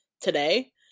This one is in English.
today